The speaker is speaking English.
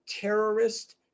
terrorist